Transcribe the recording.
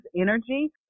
energy